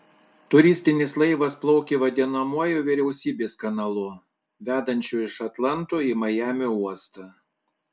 turistinis laivas plaukė vadinamuoju vyriausybės kanalu vedančiu iš atlanto į majamio uostą